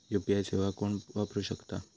UPI सेवा कोण वापरू शकता?